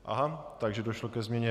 Aha, takže došlo ke změně.